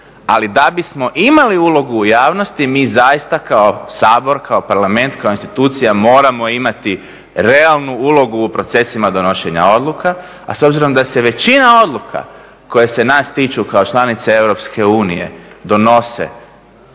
ali da bismo imali ulogu u javnosti mi zaista kao Sabor, kao parlament, kao institucija moramo imati realnu ulogu u procesima donošenja odluka. A s obzirom da se većina odluka koje se nas tiču kao članice Europske